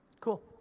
Cool